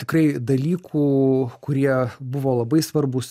tikrai dalykų kurie buvo labai svarbūs